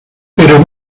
pero